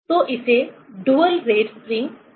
तो इसे dual rate spring कहा जाता है